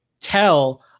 tell